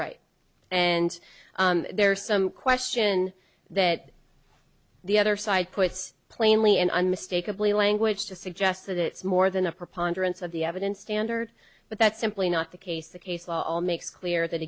right and there's some question that the other side puts plainly and unmistakably language to suggest that it's more than a preponderance of the evidence standard but that's simply not the case the case law makes clear that